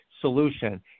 Solution